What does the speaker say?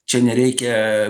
čia nereikia